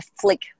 flick